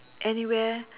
anywhere